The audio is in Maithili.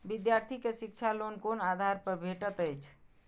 विधार्थी के शिक्षा लोन कोन आधार पर भेटेत अछि?